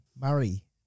Murray